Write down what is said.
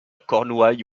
cornouaille